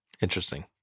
Interesting